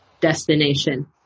destination